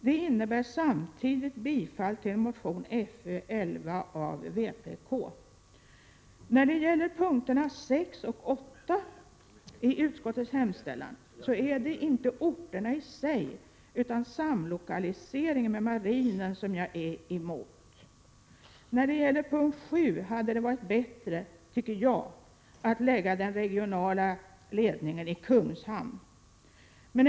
Detta innebär samtidigt bifall till motion Föll av vpk. När det gäller punkterna 6 och 8 är det inte orterna i sig utan samlokalise — Prot. 1987/88:123 ringen med marinen som jag är motståndare till. När det gäller punkt 7 tycker 19 maj 1988 jag att det hade varit bättre att lägga den regionala ledningen i Kungshamn.